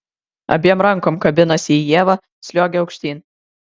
abiem rankom kabinasi į ievą sliuogia aukštyn